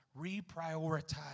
reprioritize